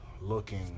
looking